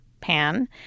pan